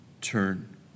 turn